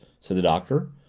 said the doctor.